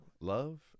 Love